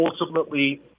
ultimately